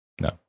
No